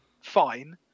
fine